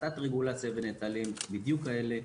הפחתת רגולציה ונטלים, בדיוק כאלה.